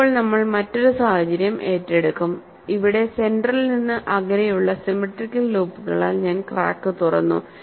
ഇപ്പോൾ നമ്മൾ മറ്റൊരു സാഹചര്യം ഏറ്റെടുക്കും അവിടെ സെന്ററിൽ നിന്ന് അകലെയുള്ള സിമെട്രിക്കൽ ലൂപ്പുകളാൽ ഞാൻ ക്രാക്ക് തുറന്നു